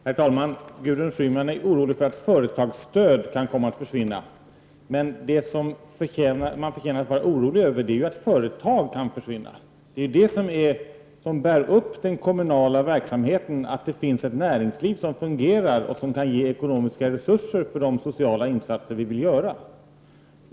Herr talman! Gudrun Schyman är orolig för att företagsstöd kan komma att försvinna, men det som man bör vara orolig över är att företag kan för svinna. Vad som bär upp den kommunala verksamheten är att det finns ett näringsliv som fungerar och som kan ge ekonomiska resurser för de sociala insatser som vi vill göra.